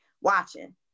watching